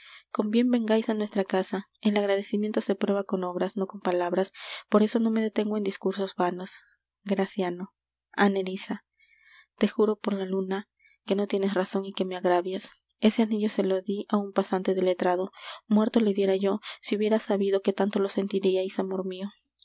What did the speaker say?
con bien vengais á nuestra casa el agradecimiento se prueba con obras no con palabras por eso no me detengo en discursos vanos graciano a nerissa te juro por la luna que no tienes razon y que me agravias ese anillo se lo dí á un pasante de letrado muerto le viera yo si hubiera sabido que tanto lo sentirias amor mio